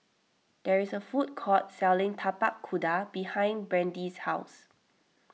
there is a food court selling Tapak Kuda behind Brandi's house